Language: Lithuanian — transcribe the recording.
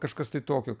kažkas tai tokio